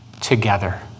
together